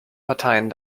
parteien